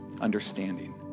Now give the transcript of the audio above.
understanding